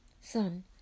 Son